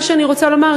מה שאני רוצה לומר,